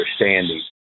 understanding